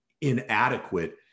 inadequate